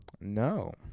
No